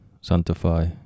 sanctify